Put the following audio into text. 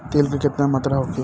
तेल के केतना मात्रा होखे?